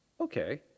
okay